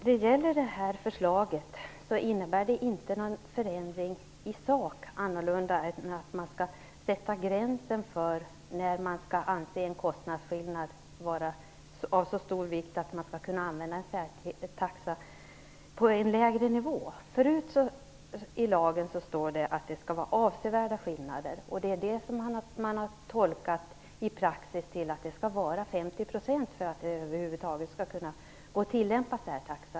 Fru talman! Det här förslaget innebär inte någon förändring i sak annat än att det skall sättas en gräns för när man skall anse en kostnadsskillnad vara av så stor vikt att man skall kunna använda en taxa på en lägre nivå. Tidigare stod det i lagen att det skall vara avsevärda skillnader. Detta har man tolkat i praxis till att det skall vara 50 % för att särtaxan över huvud taget skall kunna tillämpas.